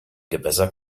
gewässer